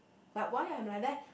but why I like that